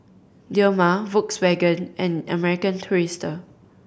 Dilmah Volkswagen and American Tourister